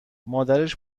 مادرش